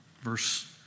verse